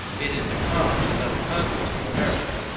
it is the commerce and not the conquest of america,